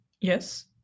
Yes